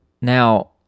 Now